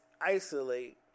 isolate